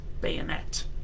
bayonet